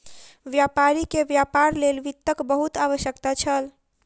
व्यापारी के व्यापार लेल वित्तक बहुत आवश्यकता छल